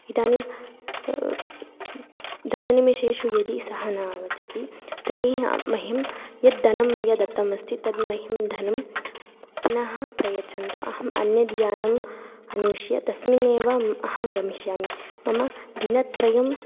इदानीं दशनिमिशेषु यदि सः न आगच्छति तर्हि मह्यं यद् धनं मया दत्तम् अस्ति तद् मह्यं धनं पुनः प्रयच्छन्तु अहम् अन्यद् यानम् अन्विष्य तस्मिन्नेव अहम् अहं गमिष्यामि मम दिनत्रयं